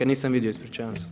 Nisam vidio ispričavam se.